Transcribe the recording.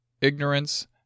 ignorance